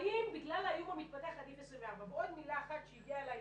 האם בגלל האיום המתפתח עדיף 24. ועוד מילה אחת שהגיעה אליי